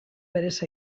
berez